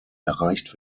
erreicht